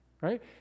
right